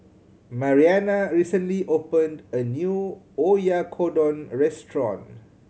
Marianna recently opened a new Oyakodon Restaurant